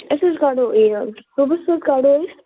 أسۍ حظ کَڈہو یہِ صُبحَس حظ کَڈہو أسۍ